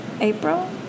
April